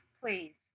please